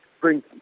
bring